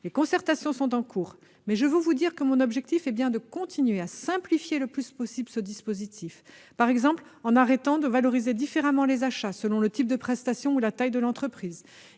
Les concertations sont en cours, mais je veux vous dire que mon objectif est bien de continuer à simplifier le plus possible ce dispositif, par exemple, en arrêtant de valoriser différemment les achats selon le type de prestations ou la taille de l'entreprise.